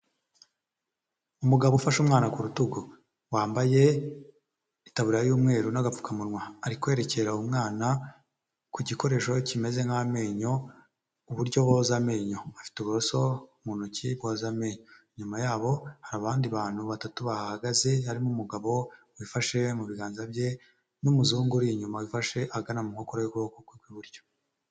Umugabo ufashe umwana ku rutugu wambaye itabara y'umweru n'agapfukamunwa, ari kwerekera umwana ku gikoresho kimeze nk'amenyo uburyo boza amenyo. Afite uburoso mu ntoki bwoza amenyo. Inyuma ya hari abandi bantu batatu bahahagaze harimo umugabo wifashe mu biganza bye n'umuzungu uri inyuma wifashe ahagana mu nkokora y'ukuboko kwe kw'iburyo.